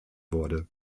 wurde